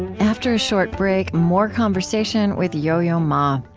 after a short break, more conversation with yo-yo ma.